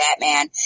Batman